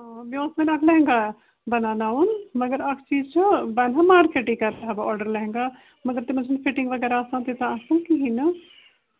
مےٚ اوس وۄنۍ اکھ لہنٛگا بناوناوُن مگر اکھ چیٖز چھُ بہٕ اَنہٕ ہا مارکٮ۪ٹٕے کرٕہا بہٕ آرڈر لہنٛگا مگر تِمَن چھَنہٕ فِٹِنٛگ وغیرہ آسان تیٖژاہ اَصٕل کِہیٖنۍ نہٕ